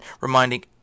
reminding